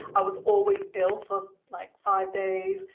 i was always ill for like five days,